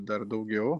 dar daugiau